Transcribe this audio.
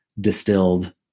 distilled